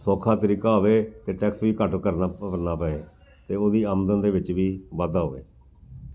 ਸੌਖਾ ਤਰੀਕਾ ਹੋਵੇ ਅਤੇ ਟੈਕਸ ਵੀ ਘੱਟ ਕਰਨਾ ਭਰਨਾ ਪਏ ਅਤੇ ਉਹਦੀ ਆਮਦਨ ਦੇ ਵਿੱਚ ਵੀ ਵਾਧਾ ਹੋਵੇ